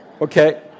Okay